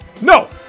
No